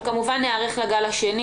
אנחנו כמובן ניערך לגל השני.